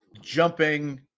jumping